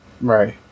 Right